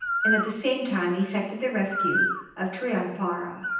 and at the same time effected the rescue of triumpara,